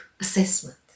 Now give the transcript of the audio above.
assessment